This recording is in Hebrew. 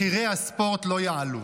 מחירי הספורט לא יעלו.